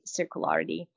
circularity